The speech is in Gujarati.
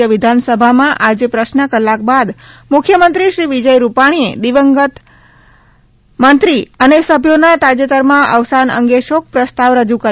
રાજય વિધાનસભામાં આજે પ્રશ્ન કલાક બાદ મુખ્યમંત્રી શ્રી વિજય રૂપાણીએ દિવગંત મંત્રી અને સભ્યોના તાજેતરમાં અવસાન અંગે શોક પ્રસ્તાવ રજુ કરી